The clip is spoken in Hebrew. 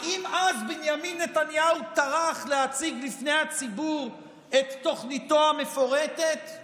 האם אז בנימין נתניהו טרח להציג בפני הציבור את תוכניתו המפורטת?